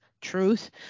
truth